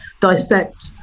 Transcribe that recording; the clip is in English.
dissect